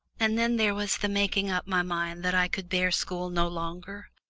and then there was the making up my mind that i could bear school no longer,